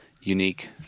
unique